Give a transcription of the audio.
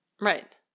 Right